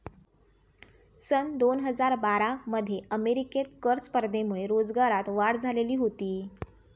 सन दोन हजार बारा मध्ये अमेरिकेत कर स्पर्धेमुळे रोजगारात वाढ झालेली होती